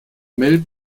mel